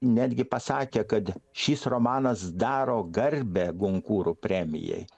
netgi pasakė kad šis romanas daro garbę gonkūrų premijai